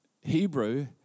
Hebrew